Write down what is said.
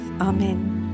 Amen